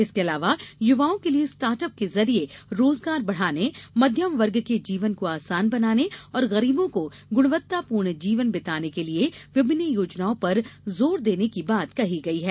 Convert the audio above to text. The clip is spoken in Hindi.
इसके अलावा युवाओं के लिए स्टार्ट अप के जरिए रोजगार बढ़ाने मध्यम वर्ग के जीवन को आसान बनाने और गरीबों को गुणवत्तापूर्ण जीवन बिताने के लिए विभिन्न योजनाओं पर जोर देने की बात कही गई है